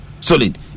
Solid